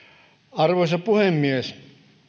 arvoisa puhemies